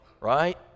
right